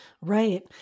Right